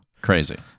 crazy